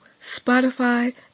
Spotify